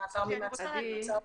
ממעצר רגיל למעצר בפיקוח אלקטרוני.